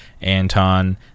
Anton